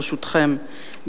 ברשותכם,